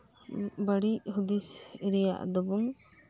ᱵᱟᱹᱲᱤᱡ ᱦᱩᱫᱤᱥ ᱨᱮᱭᱟᱜ ᱫᱚᱵᱩᱱ